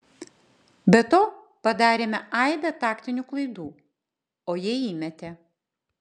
be to padarėme aibę taktinių klaidų o jie įmetė